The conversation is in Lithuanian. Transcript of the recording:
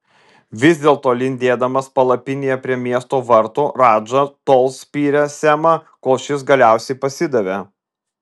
vis dėlto lindėdamas palapinėje prie miesto vartų radža tol spyrė semą kol šis galiausiai pasidavė